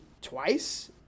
twice